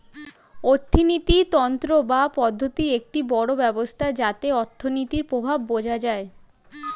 অর্থিনীতি তন্ত্র বা পদ্ধতি একটি বড় ব্যবস্থা যাতে অর্থনীতির প্রভাব বোঝা যায়